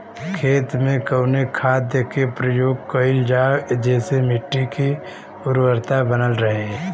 खेत में कवने खाद्य के प्रयोग कइल जाव जेसे मिट्टी के उर्वरता बनल रहे?